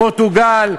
פורטוגל,